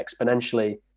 exponentially